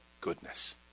goodness